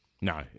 No